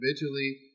individually